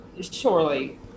Surely